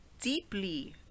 Deeply